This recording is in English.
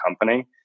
company